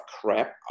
crap